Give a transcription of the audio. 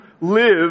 live